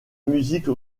musique